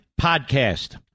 Podcast